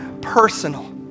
personal